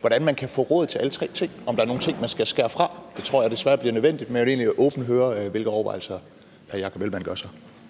hvordan man kan få råd til alle tre ting, altså om der er nogle ting, man skal skære fra? Det tror jeg desværre bliver nødvendigt, men jeg vil egentlig åbent høre, hvilke overvejelser hr. Jakob Ellemann-Jensen gør sig.